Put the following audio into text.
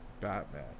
Batman